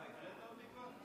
אתה הקראת אותי כבר?